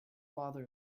father